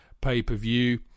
pay-per-view